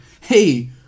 Hey